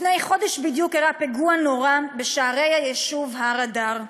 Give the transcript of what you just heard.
לפני חודש בדיוק אירע פיגוע נורא בשערי היישוב הר אדר: